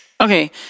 Okay